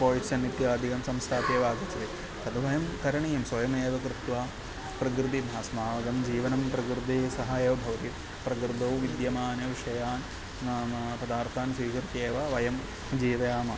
poison इत्यादिकं संस्थाप्यैव आगच्छति तद् वयं करणीयं स्वयमेव कृत्वा प्रकृतिः अस्माकं जीवनं प्रकृतेः सह एव भवति प्रकृतौ विद्यमानान् विषयान् नाम पदार्थान् स्वीकृत्येव वयं जीवयामः